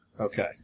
Okay